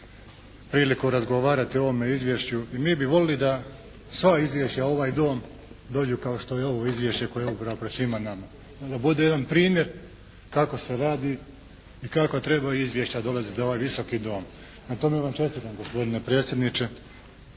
priliku razgovarati o ovome izvješću i mi bi voljeli da sva izvješća u ovaj Dom dođu kao što je ovo izvješće koje je upravo pred svima nama, da bude jedan primjer kako se radi i kakva trebaju izvješća dolaziti u ovaj Visoki dom, prema tome ja vam čestitam gospodine predsjedniče